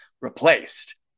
replaced